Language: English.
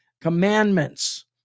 commandments